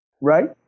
right